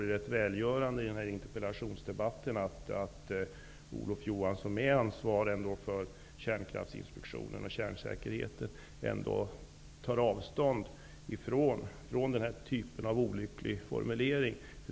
Det vore välgörande i den här interpellationsdebatten om Olof Kärnkraftsinspektionen och kärnsäkerheten, tog avstånd från den här typen av olycklig formulering.